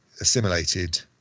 assimilated